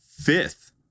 fifth